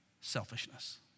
selfishness